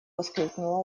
воскликнула